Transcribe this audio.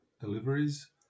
deliveries